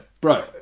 Bro